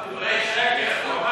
היא שיקרה,